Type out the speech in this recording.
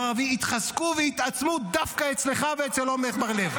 הערבי התחזקו והתעצמו דווקא אצלך ואצל עמר בר לב.